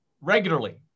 regularly